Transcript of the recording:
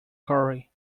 quarry